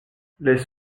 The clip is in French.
les